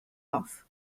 off